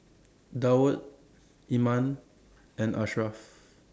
Daud Iman and Ashraf